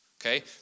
okay